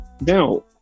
Now